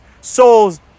souls